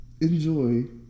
enjoy